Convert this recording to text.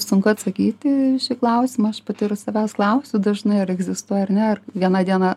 sunku atsakyti į šį klausimą aš pati ir savęs klausiau dažnai ar egzistuoja ar ne vieną dieną